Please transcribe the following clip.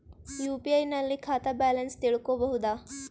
UPI ನಲ್ಲಿ ಖಾತಾ balance ತಿಳಕೊ ಬಹುದಾ?